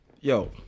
yo